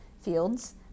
fields